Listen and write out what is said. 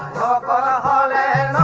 da da da